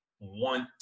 want